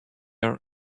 are